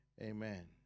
amen